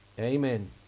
Amen